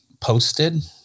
posted